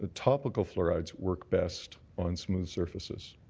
ah topical fluorides work best on smooth surfaces.